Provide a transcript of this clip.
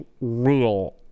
real